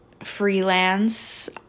freelance